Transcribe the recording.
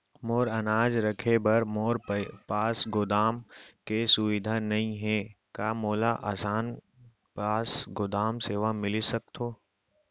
मोर अनाज रखे बर मोर पास गोदाम के सुविधा नई हे का मोला आसान पास गोदाम सेवा मिलिस सकथे?